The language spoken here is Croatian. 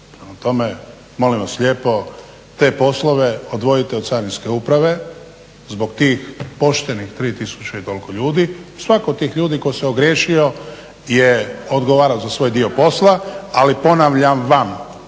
tome molim vas lijepo, te poslove odvojite od carinske uprave zbog tih poštenih 3000 i toliko ljudi. Svatko od tih ljudi koji se ogriješio je odgovarao za svoj dio posla ali ponavljam vam